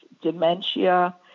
dementia